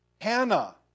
Hannah